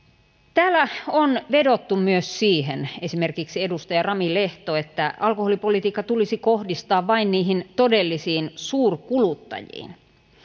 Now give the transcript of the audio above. täällä on vedottu myös siihen esimerkiksi edustaja rami lehto että alkoholipolitiikka tulisi kohdistaa vain niihin todellisiin suurkuluttajiin